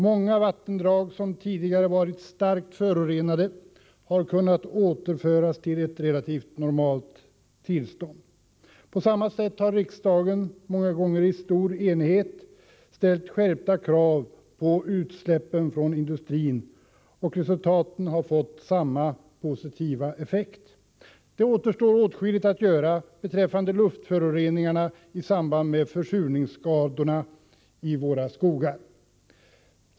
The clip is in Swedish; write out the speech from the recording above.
Många vattendrag som tidigare varit starkt förorenade har kunnat återföras till ett relativt normalt tillstånd. Riksdagens skärpta krav på utsläppen från industrin — många gånger beslutade i stor enighet — har fått motsvarande positiva effekt. Det återstår åtskilligt att göra beträffande luftföroreningarna i samband med försurningsskadorna i våra skogar.